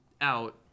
out